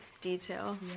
detail